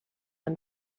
and